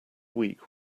week